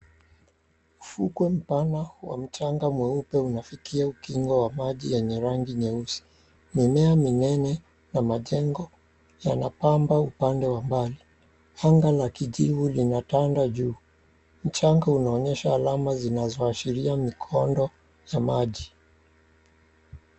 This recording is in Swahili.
Ufukwe mpana wa mchanga mweupe unafikia ukingo wa maji yenye rangi nyeusi, mimea minene na majengo yanapamba upande wa mbali, anga ya kijivu linatanda juu, mchanga unaonyesha alama zinazoashiria mikondo ya maji.